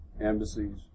embassies